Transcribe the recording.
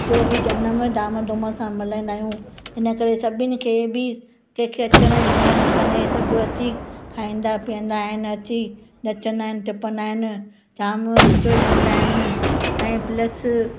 जो बि जनमु धाम धूम सां मल्हाईंदा आहियूं इन करे सभिनि खे बि कंहिं खे अचण जी मना न कंदा आहियूं सभु अची खाईंदा पीअंदा आहिनि अची नचंदा आहिनि टपंदा आहिनि जामु इंजॉय कंदा आहिनि ऐं प्लस